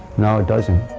no, it doesn't.